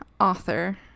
author